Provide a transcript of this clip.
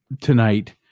tonight